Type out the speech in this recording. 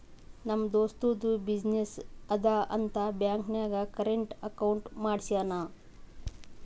ನಮ್ ದೋಸ್ತದು ಬಿಸಿನ್ನೆಸ್ ಅದಾ ಅಂತ್ ಬ್ಯಾಂಕ್ ನಾಗ್ ಕರೆಂಟ್ ಅಕೌಂಟ್ ಮಾಡ್ಯಾನ್